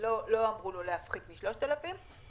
בהתחשב בכלל היעדים לגביהם הוגשו בקשות כאמור,